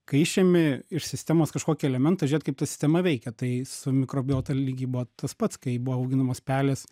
kai išimi iš sistemos kažkokį elementą žiūrėt kaip ta sistema veikia tai su mikrobiota lygiai buvo tas pats kai buvo auginamos pelės